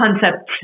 concept